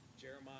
Jeremiah